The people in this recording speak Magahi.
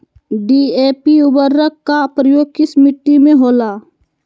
डी.ए.पी उर्वरक का प्रयोग किस मिट्टी में होला?